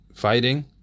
fighting